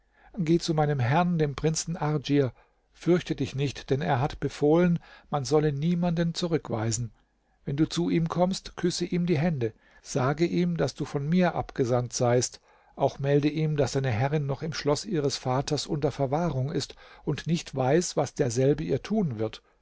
geh zu meinem herrn dem prinzen ardschir fürchte dich nicht denn er hat befohlen man solle niemanden zurückweisen wenn du zu ihm kommst küsse ihm die hände sage ihm daß du von mir abgesandt seist auch melde ihm daß deine herrin noch im schloß ihres vaters unter verwahrung ist und nicht weiß was derselbe ihr tun wird